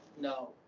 No